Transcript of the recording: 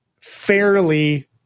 fairly